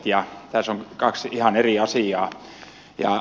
tässä on kaksi ihan eri asiaa